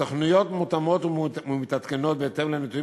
התוכניות מותאמות ומתעדכנות בהתאם לנתונים,